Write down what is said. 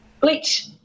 Bleach